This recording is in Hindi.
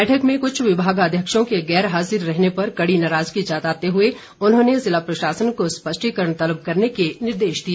बैठक में कुछ विभागाध्यक्षों के गैर हाजिर रहने पर कड़ी नाराजगी जताते हुए उन्होंने जिला प्रशासन को स्पष्टीकरण तलब करने के निर्देश दिए